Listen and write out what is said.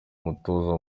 umutoza